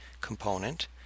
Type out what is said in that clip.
component